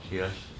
serious